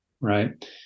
Right